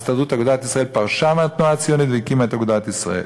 הסתדרות אגודת ישראל פרשה מהתנועה הציונית והקימה את אגודת ישראל.